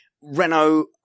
Renault